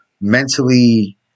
mentally